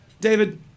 David